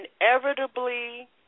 inevitably